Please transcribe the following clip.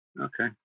Okay